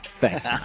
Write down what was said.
Thanks